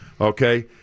okay